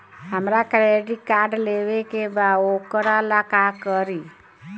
हमरा credit card लेवे के बा वोकरा ला का करी?